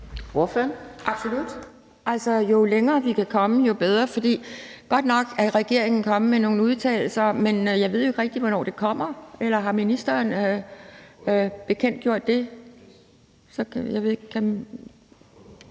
Jo længere vi kan komme, jo bedre, for godt nok er regeringen kommet med nogle udtalelser, men jeg ved jo ikke rigtig, hvornår det kommer. Eller har ministeren bekendtgjort det?